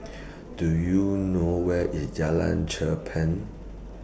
Do YOU know Where IS Jalan Cherpen